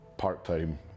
part-time